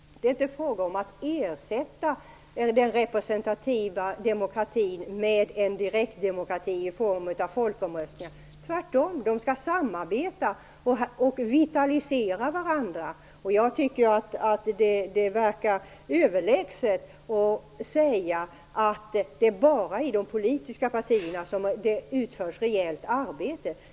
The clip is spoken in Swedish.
Det är inte fråga om att ersätta den representativa demokratin med en direktdemokrati i form av folkomröstningar, tvärtom. De skall vitalisera varandra. Jag tycker att det verkar överlägset att säga att det bara är i de politiska partierna som det utförs rejält arbete.